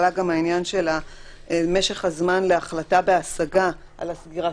עלה גם העניין של משך הזמן להחלטה בהשגה על הסגירה,